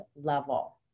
level